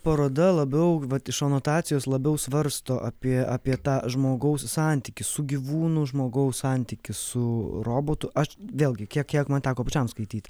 paroda labiau vat iš anotacijos labiau svarsto apie apie tą žmogaus santykį su gyvūnu žmogaus santykį su robotu aš vėlgi kiek kiek man teko pačiam skaityt